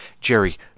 Jerry